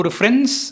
friend's